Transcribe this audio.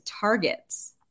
targets